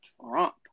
Trump